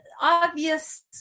obvious